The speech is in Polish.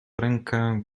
rękę